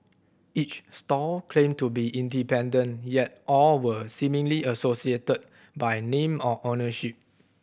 each stall claimed to be independent yet all were seemingly associated by name or ownership